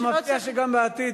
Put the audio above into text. זה מבטיח שגם בעתיד,